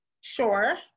sure